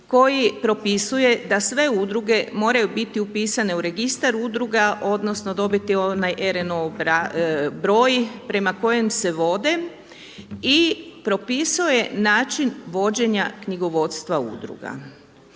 koji propisuje da sve udruge moraju biti upisane u registar udruga odnosno dobiti onaj RNO broj prema kojem se vode i propisao je način vođenja knjigovodstva udruga.